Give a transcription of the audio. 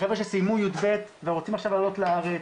חבר'ה שסיימו י"ב ורוצים עכשיו לעלות לארץ,